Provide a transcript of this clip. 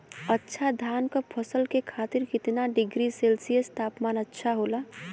अच्छा धान क फसल के खातीर कितना डिग्री सेल्सीयस तापमान अच्छा होला?